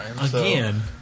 Again